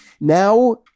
now